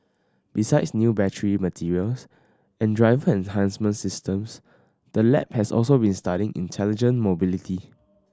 besides new battery materials and driver enhancement systems the lab has also been studying intelligent mobility